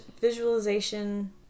visualization